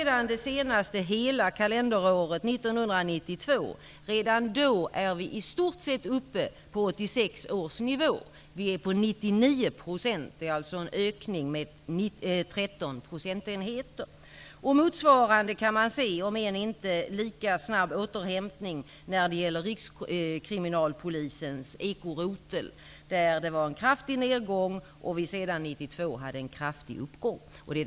Redan under det senaste hela kalenderåret, 1992, är resurserna i stort sett uppe på 1986 års nivå. De ligger på 99 %. Det är fråga om en ökning med 13 procentenheter. Man kan se motsvarande utveckling -- om än inte lika snabb -- när det gäller Rikskriminalpolisens ekorotel. Det var en kraftig nedgång, men sedan 1992 är det en kraftig uppgång.